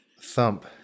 Thump